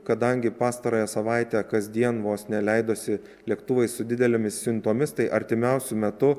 kadangi pastarąją savaitę kasdien vos ne leidosi lėktuvai su didelėmis siuntomis tai artimiausiu metu